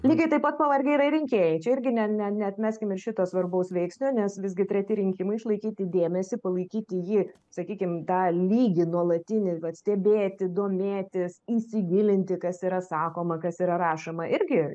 lygiai taip pat pavargę yra ir rinkėjai čia irgi ne ne neatmeskim ir šito svarbaus veiksnio nes visgi treti rinkimai išlaikyti dėmėsį palaikyti jį sakykim tą lygį nuolatinį vat stebėti domėtis įsigilinti kas yra sakoma kas yra rašoma irgi